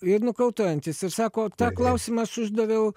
ir nukautuojantis ir sako tą klausimą aš uždaviau